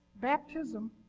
Baptism